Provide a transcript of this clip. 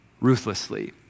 ruthlessly